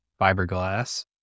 fiberglass